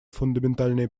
фундаментальные